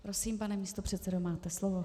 Prosím, pane místopředsedo, máte slovo.